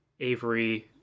Avery